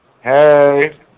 Hey